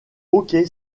hockey